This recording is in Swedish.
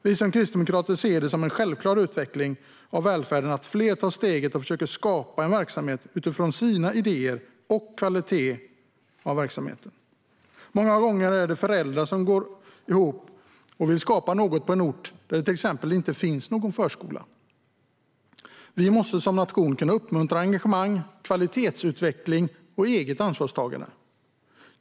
Att fler tar steget och försöker skapa en verksamhet utifrån sina idéer och sin kvalitet ser vi kristdemokrater som en självklar utveckling av välfärden. Många gånger handlar det om föräldrar som går ihop för att skapa något på en ort där det kanske inte finns någon förskola. Som nation måste vi kunna uppmuntra engagemang, kvalitetsutveckling och eget ansvarstagande.